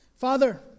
Father